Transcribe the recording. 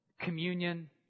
communion